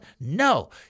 no